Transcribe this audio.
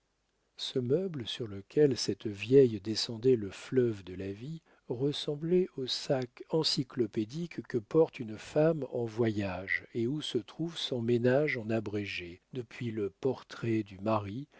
ce meuble sur lequel cette vieille descendait le fleuve de la vie ressemblait au sac encyclopédique que porte une femme en voyage et où se trouve son ménage en abrégé depuis le portrait du mari